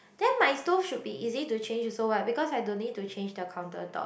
then my stove should be easy to change also what because I don't need to change the countertop